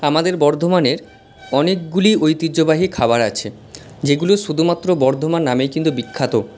আমাদের বর্ধমানের অনেকগুলি ঐতিহ্যবাহী খাবার আছে যেগুলো শুধুমাত্র বর্ধমান নামেই কিন্তু বিখ্যাত